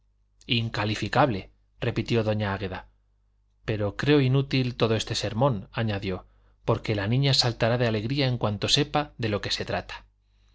negativa incalificable incalificable repitió doña águeda pero creo inútil todo este sermón añadió porque la niña saltará de alegría en cuanto sepa de lo que se trata